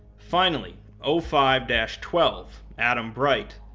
finally, o five twelve, adam bright,